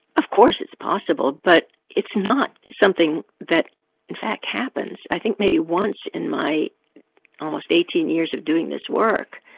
of course it's possible, but it's not something that in fact happens. i think maybe once in my almost eighteen years of doing this work,